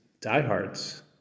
diehards